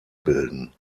bilden